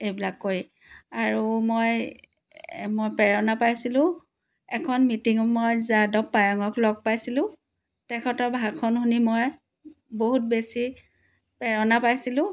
এইবিলাক কৰি আৰু মই মই প্ৰেৰণা পাইছিলোঁ এখন মিটিং মই যাদৱ পায়েঙক মই লগ পাইছিলোঁ তেখেতৰ ভাষণ শুনি মই বহুত বেছি প্ৰেৰণা পাইছিলোঁ